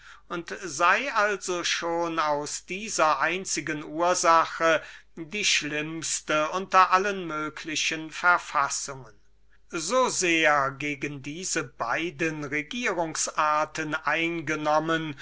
und also schon aus dieser einzigen ursache die schlimmste unter allen möglichen verfassungen sei so sehr gegen diese beide regierungs arten eingenommen